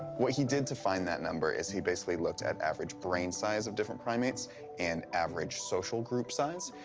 what he did to find that number is he basically looked at average brain size of different primates and average social group size.